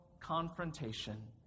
confrontation